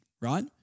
right